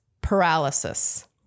paralysis